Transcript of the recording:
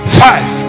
five